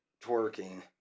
twerking